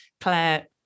Claire